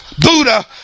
Buddha